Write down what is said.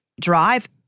drive